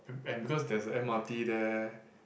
and because there's a M_R_T there